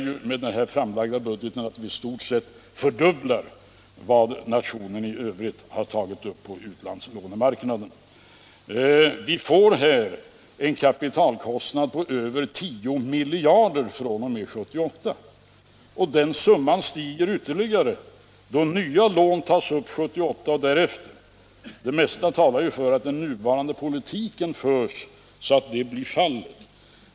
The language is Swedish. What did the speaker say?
Den framlagda budgeten innebär för 1977 i stort sett en fördubbling av vad nationen i övrigt har tagit upp på utlandslånemarknaden. Vi får här en kapitalkostnad på över 10 miljarder kronor fr.o.m. 1978. Den summan stiger ytterligare då nya lån tas upp 1978 och därefter. Det mesta talar för att den nuvarande politiken förs så att detta blir fallet.